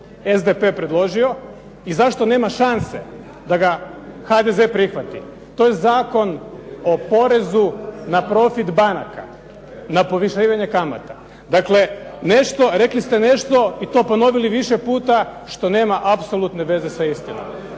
SDP predložio i zašto nema šanse da ga HDZ prihvati. To je Zakon o porezu na profit banaka, na povišivanje kamata. Dakle, rekli ste nešto i to ponovili više puta što nema apsolutne veze sa istinom.